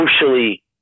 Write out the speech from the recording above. socially